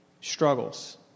struggles